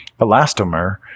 elastomer